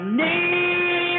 need